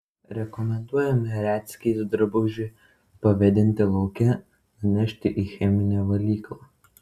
rekomenduojame retsykiais drabužį pavėdinti lauke nunešti į cheminę valyklą